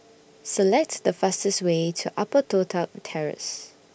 Select The fastest Way to Upper Toh Tuck Terrace